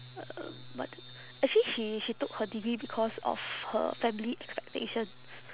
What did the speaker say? um what d~ actually she she took her degree because of her family expectations